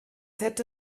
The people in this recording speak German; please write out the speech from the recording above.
hätte